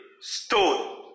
stone